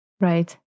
right